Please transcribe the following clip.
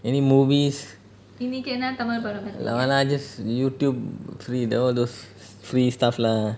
any movies no lah just youtube free tho~ those free stuff lah